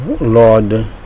Lord